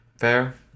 Fair